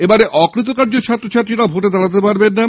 এবার অকৃতকার্য ছাত্র ছাত্রীরা ভোটে দাঁড়াতে পারবেন না